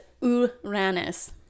Uranus